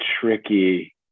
tricky